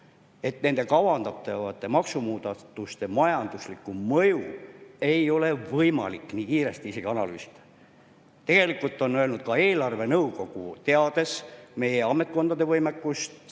et kavandatavate maksumuudatuste majanduslikku mõju ei ole võimalik nii kiiresti isegi analüüsida. Tegelikult on öelnud ka eelarvenõukogu, teades meie ametkondade võimekust,